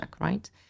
right